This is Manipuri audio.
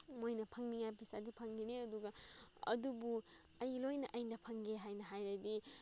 ꯃꯣꯏꯅ ꯐꯪꯅꯤꯡꯉꯥꯏ ꯄꯩꯁꯥꯗꯨ ꯐꯪꯒꯅꯤ ꯑꯗꯨꯒ ꯑꯗꯨꯕꯨ ꯑꯩ ꯂꯣꯏꯅ ꯑꯩꯅ ꯐꯪꯒꯦ ꯍꯥꯏꯅ ꯍꯥꯏꯔꯗꯤ